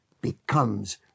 becomes